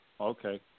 Okay